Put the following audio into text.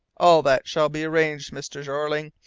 all that shall be arranged, mr. jeorling,